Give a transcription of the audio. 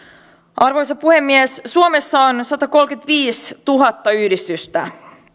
arvoisa puhemies suomessa on on satakolmekymmentäviisituhatta yhdistystä